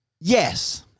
Yes